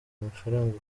amafaranga